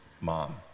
mom